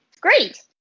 great